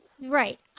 Right